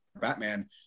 Batman